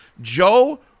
Joe